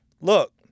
look